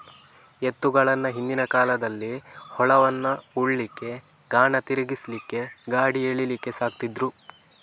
ಎತ್ತುಗಳನ್ನ ಹಿಂದಿನ ಕಾಲದಲ್ಲಿ ಹೊಲವನ್ನ ಉಳ್ಲಿಕ್ಕೆ, ಗಾಣ ತಿರ್ಗಿಸ್ಲಿಕ್ಕೆ, ಗಾಡಿ ಎಳೀಲಿಕ್ಕೆ ಸಾಕ್ತಿದ್ರು